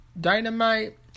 Dynamite